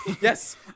Yes